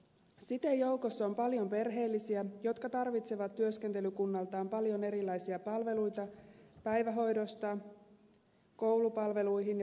siten joukossa on paljon perheellisiä jotka tarvitsevat työskentelykunnaltaan paljon erilaisia palveluita päivähoidosta koulupalveluihin ja terveydenhuoltoon